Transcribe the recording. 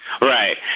Right